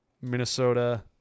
Minnesota